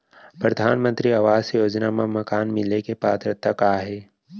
परधानमंतरी आवास योजना मा मकान मिले के पात्रता का हे?